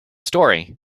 story